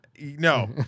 No